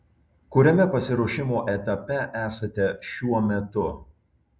kuriame pasiruošimo etape esate šiuo metu